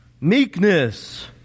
meekness